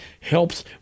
helps